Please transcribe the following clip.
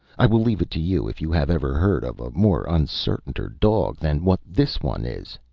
i will leave it to you if you have ever heard of a more uncertainer dog than what this one is?